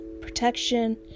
protection